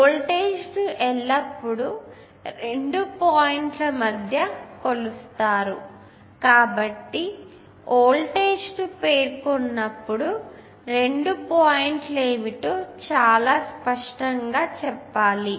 వోల్టేజ్ను ఎల్లప్పుడూ రెండు పాయింట్ల మధ్య కొలుస్తారు కాబట్టి వోల్టేజ్ను పేర్కొన్నప్పుడు రెండు పాయింట్లు ఏమిటో చాలా స్పష్టంగా చెప్పాలి